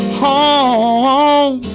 home